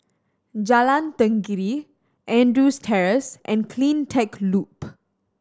Jalan Tenggiri Andrews Terrace and Cleantech Loop